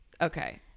Okay